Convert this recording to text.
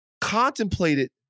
contemplated